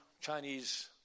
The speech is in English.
Chinese